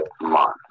month